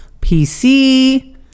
PC